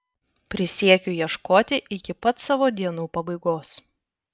prisiekiu ieškoti iki pat savo dienų pabaigos